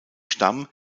stamm